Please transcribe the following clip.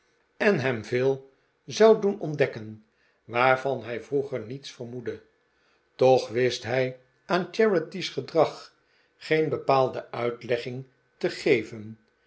en hem veel zou doen ontdekken waarvan hij vroeger niets vermoedde toch wist hij aan charity's gedrag geen bepaalde uitleggging te geven